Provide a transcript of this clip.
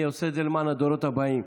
אני עושה את זה למען הדורות הבאים,